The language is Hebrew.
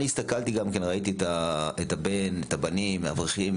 ראיתי את הבנים האברכים,